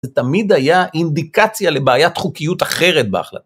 זה תמיד היה אינדיקציה לבעיית חוקיות אחרת בהחלטה.